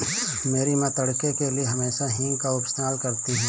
मेरी मां तड़के के लिए हमेशा हींग का इस्तेमाल करती हैं